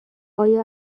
ایا